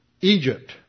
Egypt